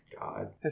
God